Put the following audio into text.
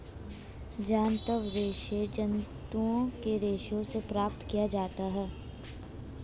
जांतव रेशे जंतुओं के रेशों से प्राप्त किया जाता है